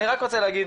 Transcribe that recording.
אני רק רוצה להגיד